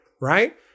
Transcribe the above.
right